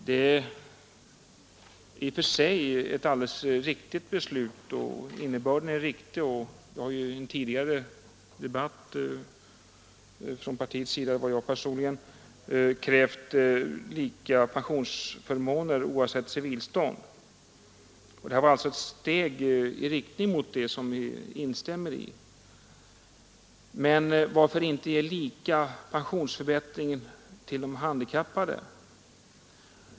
I och för sig är det ett alldeles riktigt beslut — jag har i en tidigare debatt redogjort för vad som från partiets sida krävts och vad jag personligen krävt i fråga om lika pensionsförmåner oavsett civilstånd, och detta är alltså ett steg i riktning mot förverkligandet av det kravet, som vi instämmer i. Men varför då inte ge lika stor pensionsförbättring till de handikappade?